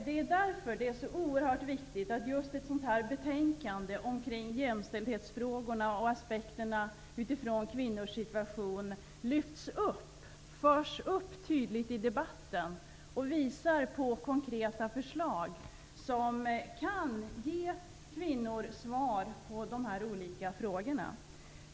Det är därför det är så oerhört viktigt att just ett betänkande om jämställdhetsfrågor och aspekter på kvinnornas situation lyfts fram, förs upp tydligt i debatten och visar på konkreta förslag som kan ge kvinnor svar på de här olika frågorna.